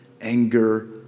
anger